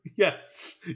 Yes